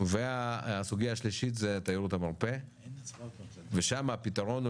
והסוגייה השלישית זה תיירות המרפא ושם הפתרון הוא